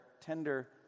tender